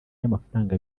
y’amafaranga